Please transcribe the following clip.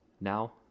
Now